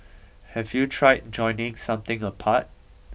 have you tried joining something apart